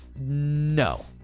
No